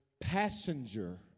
passenger